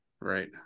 right